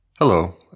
Hello